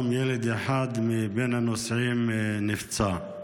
ילד אחד מבין הנוסעים נפצע.